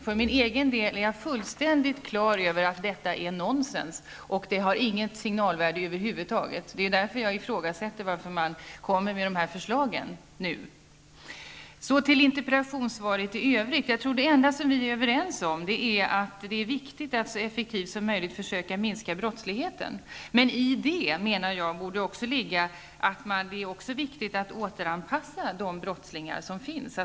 För egen del är jag fullständigt på klara med att detta är nonsens, och det har över huvud taget inget signalvärde. Det är därför som jag ifrågasätter att man kommer med dessa förslag nu. Därefter skall jag kommentera interpellationssvaret i övrigt. Jag tror att det enda som justitieministern och jag är överens om är att det är viktigt att så effektivt som möjligt försöka minska brottsligheten. Men i det borde också ligga att det är viktigt att återanpassa de brottslingar som finns.